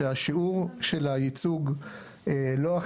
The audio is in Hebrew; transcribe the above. לשם המסגור של ההצגה שלי,